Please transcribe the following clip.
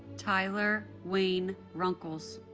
tyler wayne runkles